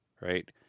right